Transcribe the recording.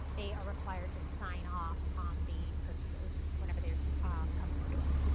they are required to sign off on the purchases, whenever they come to the door.